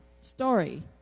story